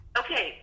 okay